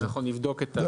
זה